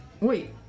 Wait